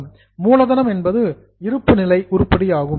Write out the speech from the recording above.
capital மூலதனம் என்பது இருப்புநிலை உருப்படி ஆகும்